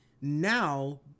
now